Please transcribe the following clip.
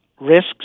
risks